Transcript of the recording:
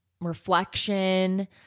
reflection